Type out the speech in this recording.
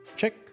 check